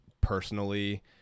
personally